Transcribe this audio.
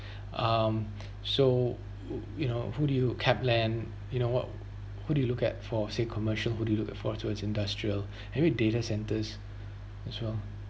um so you know who do you kep land you know what who do you look at for say commercial who do you look at for towards industrial every data centres as well